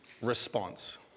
response